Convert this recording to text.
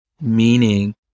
meaning